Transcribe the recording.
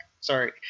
Sorry